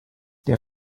der